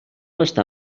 està